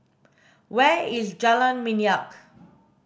where is Jalan Minyak